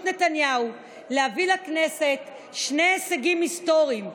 נתניהו להביא לכנסת שני הישגים היסטוריים,